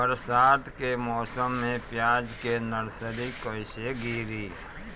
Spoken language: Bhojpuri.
बरसात के मौसम में प्याज के नर्सरी कैसे गिरी?